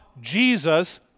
Jesus